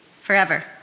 forever